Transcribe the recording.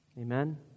Amen